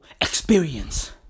experience